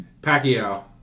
Pacquiao